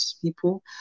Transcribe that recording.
people